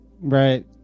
Right